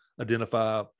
identify